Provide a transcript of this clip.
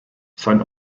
sein